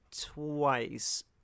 twice